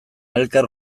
elkar